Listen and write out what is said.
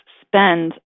spend